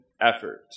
effort